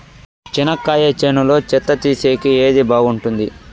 చెనక్కాయ చేనులో చెత్త తీసేకి ఏది బాగుంటుంది?